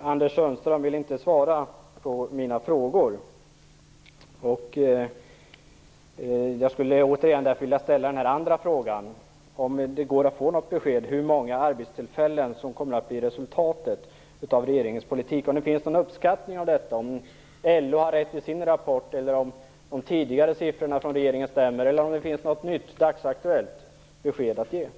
Anders Sundström vill inte svara på mina frågor. Jag vill därför återigen ställa min andra fråga, om det nu går att få något besked. Hur många arbetstillfällen kommer att bli resultatet av regeringens politik? Finns det någon uppskattning av den saken? Har LO rätt i sin rapport, är det regeringens tidigare siffror som stämmer, eller har Anders Sundström något nytt, dagsaktuellt besked att ge?